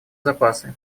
запасы